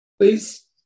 Please